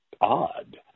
odd